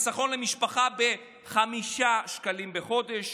חיסכון למשפחה של 5 שקלים לחודש,